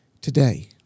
today